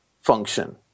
function